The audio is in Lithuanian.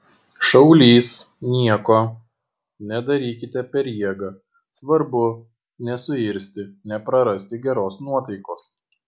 šaulys nieko nedarykite per jėgą svarbu nesuirzti neprarasti geros nuotaikos